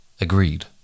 Agreed